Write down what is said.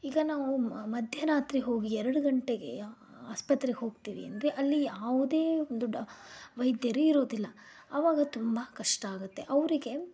ಈಗ ನಾವು ಮಧ್ಯರಾತ್ರಿ ಹೋಗಿ ಎರಡು ಗಂಟೆಗೆ ಆಸ್ಪತ್ರೆಗೆ ಹೋಗ್ತೀವಿ ಅಂದರೆ ಅಲ್ಲಿ ಯಾವುದೇ ದೊಡ್ಡ ವೈದ್ಯರು ಇರುವುದಿಲ್ಲ ಆವಾಗ ತುಂಬ ಕಷ್ಟ ಆಗತ್ತೆ ಅವರಿಗೆ